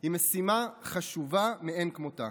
היא משימה חשובה מאין כמותה,